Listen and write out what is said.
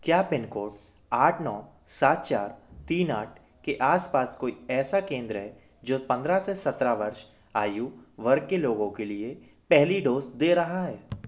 क्या pin code आठ नौ सात चार तीन आठ के आसपास कोई ऐसा केंद्र है जो पंद्रह से सत्रह वर्ष आयु वर्ग के लोगों के लिए पहली डोज़ दे रहा है